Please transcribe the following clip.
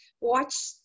watch